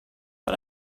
but